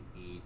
eat